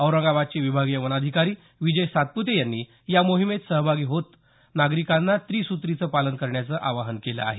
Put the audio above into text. औरंगाबादचे विभागीय वनाधिकारी विजय सातप्ते यांनी या मोहिमेत सहभागी होत नागरिकांना त्रिसुत्रीचं पालन करण्याचं आवाहन केलं आहे